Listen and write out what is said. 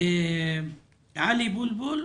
עלי בולבול,